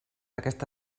aquesta